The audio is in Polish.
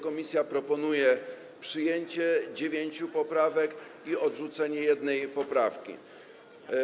Komisja proponuje przyjęcie dziewięciu poprawek i odrzucenie jednej poprawki.